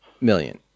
million